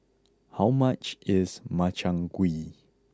how much is Makchang Gui